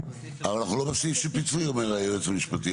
אבל אנחנו לא בסעיף של פיצוי אומר היועץ המשפטי.